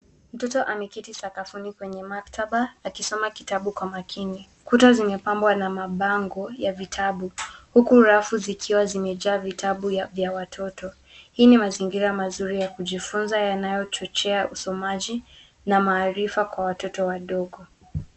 Mtoto ameketi sakafuni kwenye maktaba akisoma kitabu kwa makini. Kuta zimepambwa na mabango ya vitabu huku rafu zikiwa zimejaa vitabu ya watoto. Hii ninmazingira mazuri ya kujifunza yanachochea usomaji na maarifa kwa watoto wadogo.